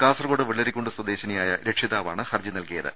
കാസർകോട് വെള്ളരിക്കുണ്ട് സ്വദേശിനിയായ രക്ഷിതാവാണ് ഹർജി നൽകിയത്